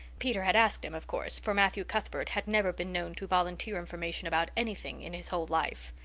peter had asked him, of course, for matthew cuthbert had never been known to volunteer information about anything in his whole life.